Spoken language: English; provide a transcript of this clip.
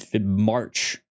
March